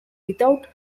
without